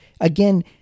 again